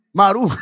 Maru